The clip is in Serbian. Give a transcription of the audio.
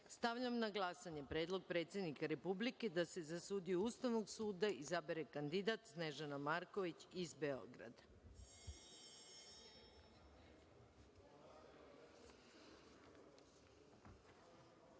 glasanje. Stavljam na glasanje Predlog predsednika Republike da se za sudiju Ustavnog suda izabere kandidat Snežana Marković iz